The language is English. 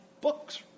books